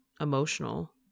emotional